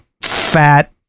fat